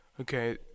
Okay